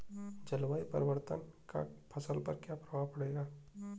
जलवायु परिवर्तन का फसल पर क्या प्रभाव पड़ेगा?